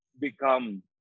become